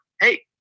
hey